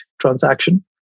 transaction